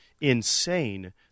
insane